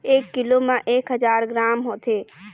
एक कीलो म एक हजार ग्राम होथे